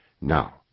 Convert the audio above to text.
Now